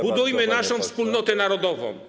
Budujmy naszą wspólnotę narodową.